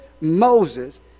Moses